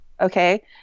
okay